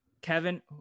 Kevin